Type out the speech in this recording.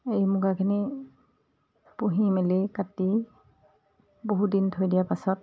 এই মুগাখিনি পুহি মেলি কাটি বহু দিন থৈ দিয়াৰ পাছত